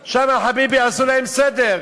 שם, חביבי, עשו להם סדר.